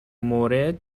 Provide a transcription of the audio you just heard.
مورد